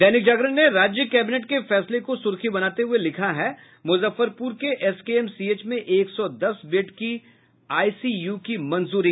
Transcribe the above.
दैनिक जागरण ने राज्य कैबिनेट के फैसले को सुर्खी बनाते हुये लिखा है मुजफ्फरपुर के एसकेएमसीएच में एक सौ दस बेड की आईसीयू की मंजूरी